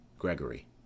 Gregory